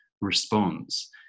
response